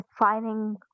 defining